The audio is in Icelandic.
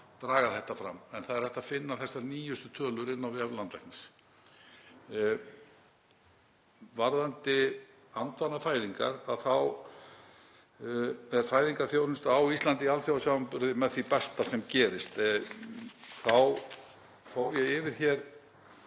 draga þetta fram. En það er hægt að finna þessar nýjustu tölur inn á vef landlæknis. Varðandi andvanafæðingar þá er fæðingarþjónusta á Ísland í alþjóðasamanburði með því besta sem gerist. Þá fór ég hér